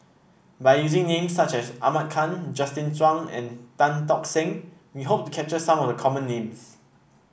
by using names such as Ahmad Khan Justin Zhuang and Tan Tock Seng we hope to capture some of the common names